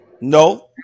No